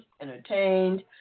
entertained